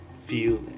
feel